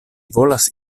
volas